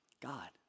God